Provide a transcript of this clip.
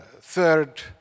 third